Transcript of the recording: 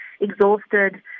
exhausted